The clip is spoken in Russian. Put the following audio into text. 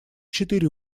четыре